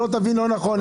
שלא תבין לא נכון.